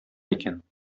икән